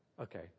Okay